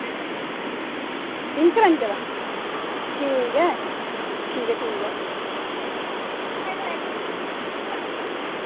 pink रंगै दा ठीक ऐ ठीक ठीक ऐ